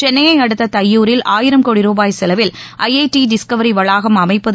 சென்னையைஅடுத்ததையூரில் ஆயிரம் கோடி ரூபாய் செலவில் ஐ ஐ டி டிஸ்கவரிவளாகம் அமைப்பது